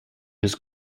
his